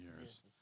years